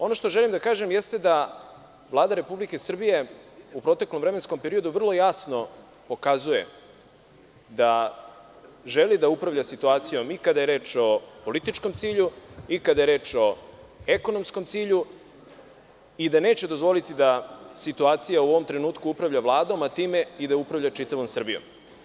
Ono što želim da kažem, jeste da Vlada Republike Srbije u proteklom vremenskom periodu vrlo jasno ukazuje da želi da upravlja situacijom i kada je reč o političkom cilju, i kada je reč o ekonomskom cilju i da neće dozvoliti da situacija u ovom trenutku upravlja Vladom, a time i da upravlja čitavom Srbijom.